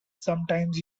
sometimes